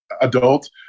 adult